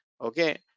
Okay